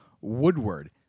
Woodward